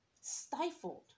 stifled